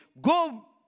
go